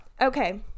okay